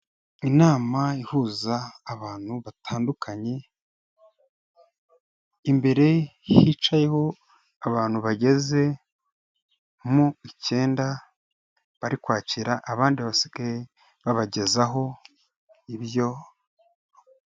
Inama ihuza abantu batandukanye, imbere hicayeho abantu bageze mu icyenda, bari kwakira abandi basigaye babagezaho ibyo.